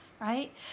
Right